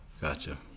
Gotcha